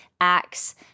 acts